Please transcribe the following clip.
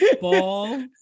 ball